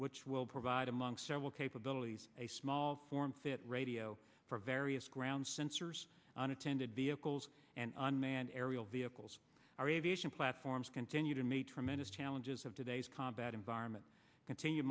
which will provide among several capabilities a small form fit radio for various ground sensors on attended vehicles and and aerial vehicles our aviation platforms continue to meet tremendous challenges of today's combat environment continue